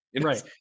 Right